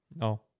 No